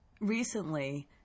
Recently